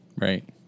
Right